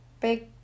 big